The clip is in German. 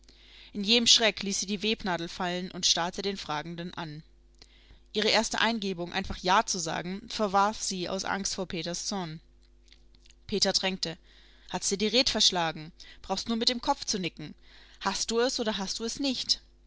in jähem schreck ließ sie die webnadel fallen und starrte den fragenden an ihre erste eingebung einfach ja zu sagen verwarf sie aus angst vor peters zorn peter drängte hat's dir die red verschlagen brauchst nur mit dem kopf zu nicken hast du es oder hast du es nicht